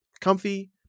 comfy